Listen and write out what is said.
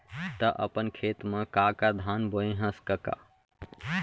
त अपन खेत म का का धान बोंए हस कका?